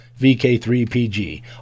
VK3PG